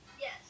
Yes